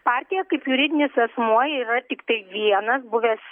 partija kaip juridinis asmuo yra tiktai vienas buvęs